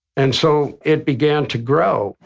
and so it began to grow.